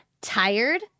tired